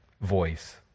voice